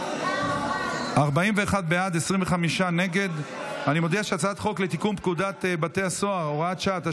להעביר את הצעת החוק לתיקון פקודת בתי הסוהר (הוראת שעה),